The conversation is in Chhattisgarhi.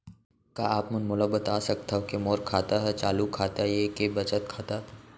का आप मन मोला बता सकथव के मोर खाता ह चालू खाता ये के बचत खाता?